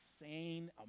insane